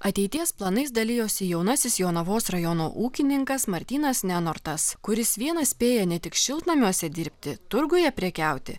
ateities planais dalijosi jaunasis jonavos rajono ūkininkas martynas nenortas kuris vienas spėja ne tik šiltnamiuose dirbti turguje prekiauti